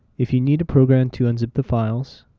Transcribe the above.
if you need a program to unzip the files,